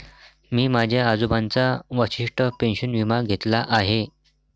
मी माझ्या आजोबांचा वशिष्ठ पेन्शन विमा घेतला आहे